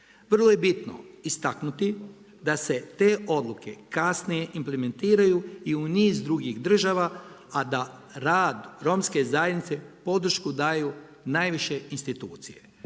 Vrlo je bitno istaknuti da se te oduke kasnije implementiraju i u niz drugih država, a da rad, romske zajednicu, podršku daju najviše institucije.